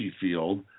field